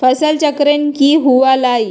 फसल चक्रण की हुआ लाई?